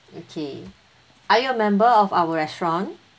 okay are you a member of our restaurant